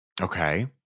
Okay